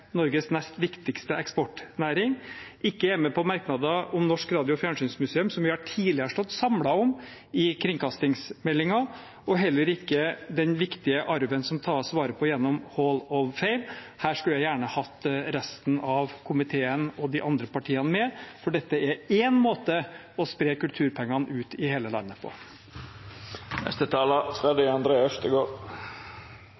Norges nest viktigste eksportnæring. De er ikke med på merknader om Norsk Radio og Fjernsynsmuseum, som vi tidligere har stått samlet om i forbindelse med kringkastingsmeldingen, og heller ikke om den viktige arven som tas vare på gjennom Hall of Fame. Her skulle jeg gjerne hatt resten av komiteen og de andre partiene med, for dette er én måte å spre kulturpengene ut i hele landet